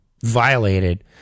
violated